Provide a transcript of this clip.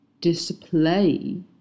display